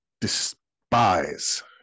despise